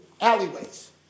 alleyways